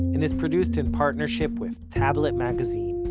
and is produced in partnership with tablet magazine.